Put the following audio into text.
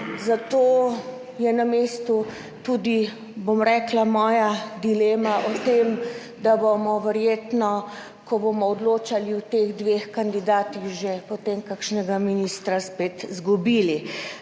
zato je na mestu tudi, bom rekla, moja dilema o tem, da bomo verjetno, ko bomo odločali o teh dveh kandidatih, že potem kakšnega ministra spet izgubili.